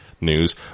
news